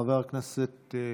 חברות וחברי הכנסת,